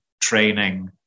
training